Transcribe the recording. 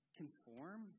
conform